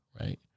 right